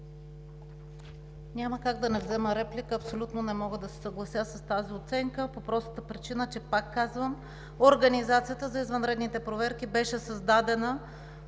Няма как да не взема реплика. Абсолютно не мога да се съглася с тази оценка, по простата причина че, пак казвам, организацията за извънредните проверки беше създадена